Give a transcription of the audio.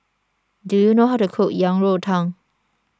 Do you know how to cook Yang Rou Tang